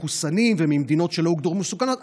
מחוסנים וממדינות שלא הוגדרו מסוכנות,